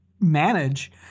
manage